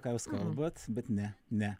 ką jūs kalbat bet ne ne